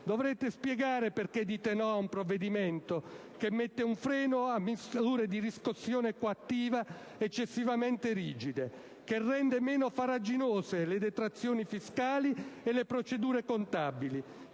Dovrete spiegare perché dite no a un provvedimento che mette un freno a misure di riscossione coattiva eccessivamente rigide, che rende meno farraginose le detrazioni fiscali e le procedure contabili,